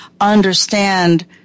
understand